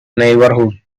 neighborhood